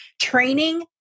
training